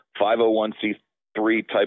501c3-type